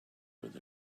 with